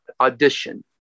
audition